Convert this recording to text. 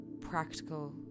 practical